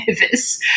nervous